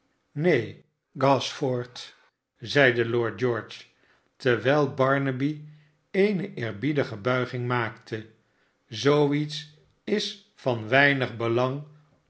gashford zeide lord george terwijl barnaby eene eerbiedige buiging maakte zoo iets is van weinig belang